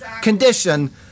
condition